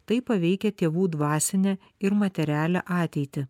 tai paveikia tėvų dvasinę ir materialią ateitį